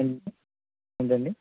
ఏంటండి